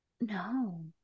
No